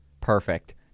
Perfect